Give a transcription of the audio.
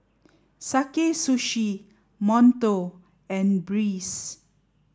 Sakae Sushi Monto and Breeze